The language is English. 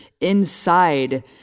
inside